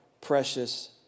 precious